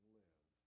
live